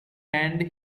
end